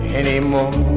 anymore